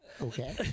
Okay